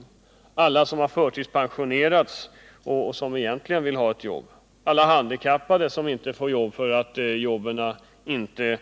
Det gäller också alla som har förtidspensionerats och som egentligen vill ha ett jobb, liksom alla handikappade som inte får jobb därför att jobben inte